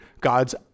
God's